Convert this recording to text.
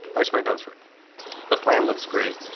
i smeared dunsford the plan looks great.